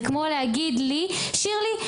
זה כמו להגיד לי: שירלי,